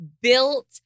built